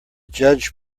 judge